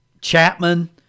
Chapman